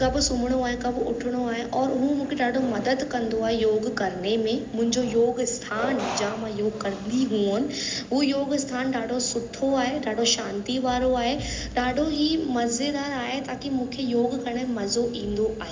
कब सुम्हिणो आहे कब उथिणो आहे और हू मूंखे ॾाढो मदद कंदो आहे योग करने में मुंहिंजो योग स्थानु जां योग कंदी हुयमि हू योग स्थानु ॾाढो सुठो आहे ॾाढो शांती वारो आहे ॾाढो ई मजेदार आहे ताकि मूंखे योग करण में मजो ईंदो आहे